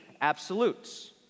absolutes